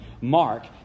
mark